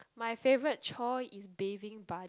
my favorite chore is bathing Buddy